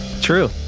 True